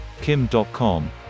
kim.com